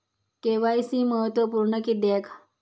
KYC महत्त्वपुर्ण किद्याक?